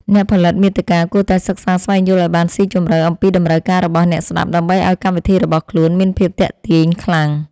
អ្នកផលិតមាតិកាគួរតែសិក្សាស្វែងយល់ឱ្យបានស៊ីជម្រៅអំពីតម្រូវការរបស់អ្នកស្តាប់ដើម្បីឱ្យកម្មវិធីរបស់ខ្លួនមានភាពទាក់ទាញខ្លាំង។